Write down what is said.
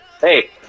Hey